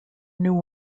new